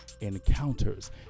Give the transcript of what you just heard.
encounters